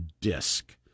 disc